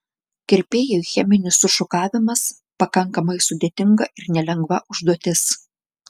kirpėjui cheminis sušukavimas pakankamai sudėtinga ir nelengva užduotis